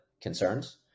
concerns